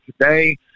today